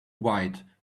white